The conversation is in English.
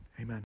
Amen